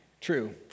true